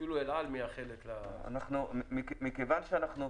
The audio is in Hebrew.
שאפילו אל על מאחלת --- מכיוון שאנחנו,